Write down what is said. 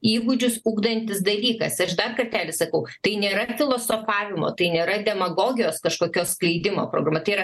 įgūdžius ugdantis dalykas ir aš dar kartelį sakau tai nėra filosofavimo tai nėra demagogijos kažkokios skleidimo programa tai yra